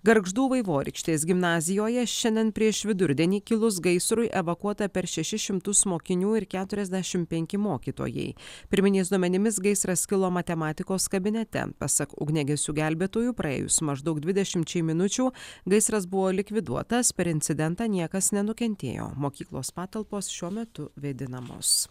gargždų vaivorykštės gimnazijoje šiandien prieš vidurdienį kilus gaisrui evakuota per šešis šimtus mokinių ir keturiasdešimt penki mokytojai pirminiais duomenimis gaisras kilo matematikos kabinete pasak ugniagesių gelbėtojų praėjus maždaug dvidešimčiai minučių gaisras buvo likviduotas per incidentą niekas nenukentėjo mokyklos patalpos šiuo metu vėdinamos